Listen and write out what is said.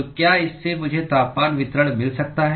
तो क्या इससे मुझे तापमान वितरण मिल सकता है